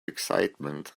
excitement